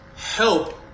help